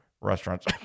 restaurants